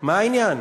מה העניין?